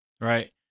right